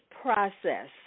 process